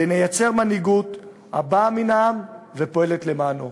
ונייצר מנהיגות הבאה מן העם ופועלת למענו.